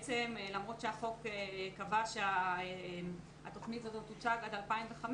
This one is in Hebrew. למרות שהחוק קבע שהתוכנית הזאת תוצג עד 2005,